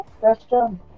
Question